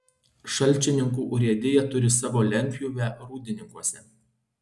šalčininkų urėdija turi savo lentpjūvę rūdininkuose